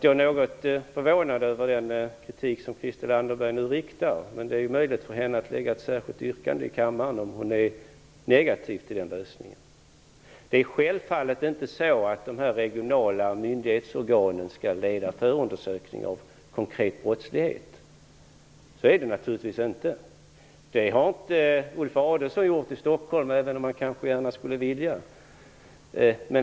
Jag är något förvånad över den kritik som Christel Anderberg nu framför. Det är möjligt för henne att lägga fram ett särskilt yrkande i kammaren, om hon är negativ till denna lösning. Dessa regionala myndighetsorgan skall självfallet inte leda förundersökningar av konkret brottslighet. Så är det naturligtvis inte. Det har inte Ulf Adelsohn gjort i Stockholm, även om han kanske gärna skulle vilja.